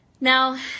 Now